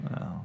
Wow